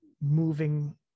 moving